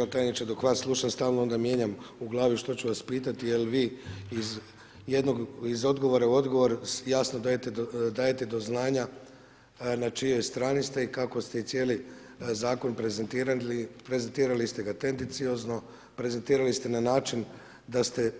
Evo tajniče dok vas slušam stalno onda mijenjam u glavni što ću vas pitati jel iz vi iz odgovora u odgovor jasno dajete do znanja na čijoj strani ste i kako ste i cijeli zakon prezentirali, prezentirali ste ga tendenciozno, prezentirali ste na način da ste